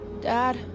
Dad